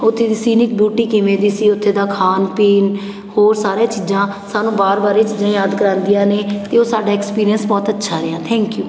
ਉੱਥੇ ਦੀ scenic beauty ਕਿਵੇਂ ਦੀ ਸੀ ਉੱਥੇ ਦਾ ਖਾਣ ਪੀਣ ਹੋਰ ਸਾਰੀਆਂ ਚੀਜ਼ਾਂ ਸਾਨੂੰ ਵਾਰ ਵਾਰ ਇਹ ਚੀਜ਼ਾਂ ਯਾਦ ਕਰਾਉਂਦੀਆਂ ਨੇ ਅਤੇ ਉਹ ਸਾਡਾ ਐਕਸਪੀਅੰਸ ਬਹੁਤ ਅੱਛਾ ਰਿਹਾ ਥੈਂਕ ਯੂ